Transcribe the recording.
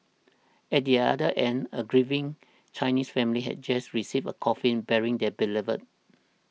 at the other end a grieving Chinese family had just received a coffin bearing their beloved